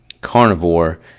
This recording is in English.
carnivore